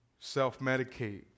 self-medicate